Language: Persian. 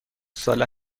ساله